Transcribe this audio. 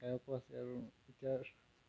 গায়কো আছে আৰু এতিয়াৰ